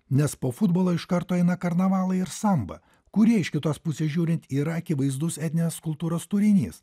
nes po futbolo iš karto eina karnavalai ir samba kurie iš kitos pusės žiūrint yra akivaizdus etninės kultūros turinys